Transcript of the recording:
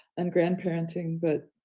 and grandparenting. but,